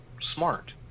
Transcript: smart